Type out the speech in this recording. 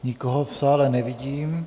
Nikoho v sále nevidím.